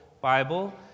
Bible